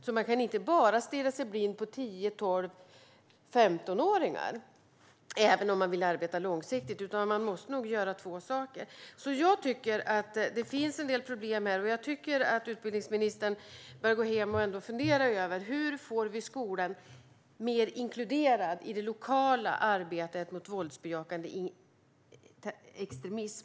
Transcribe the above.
Man kan alltså inte bara stirra sig blind på 10, 12 eller 15-åringar, även om man vill arbeta långsiktigt. Man måste göra två saker samtidigt. Det finns alltså en del problem med detta. Jag tycker att utbildningsministern bör fundera över hur vi får skolan mer inkluderad i det lokala arbetet mot våldsbejakande extremism.